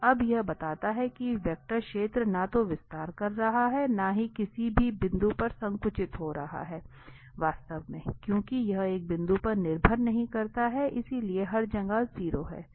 तो अब यह बताता है कि वेक्टर क्षेत्र न तो विस्तार कर रहा है और न ही किसी भी बिंदु पर संकुचित हो रहा है वास्तव में क्योंकि यह एक बिंदु पर निर्भर नहीं करता है इसलिए यह हर जगह 0 है